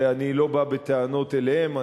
ואני לא בא בטענות אליהן,